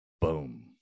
boom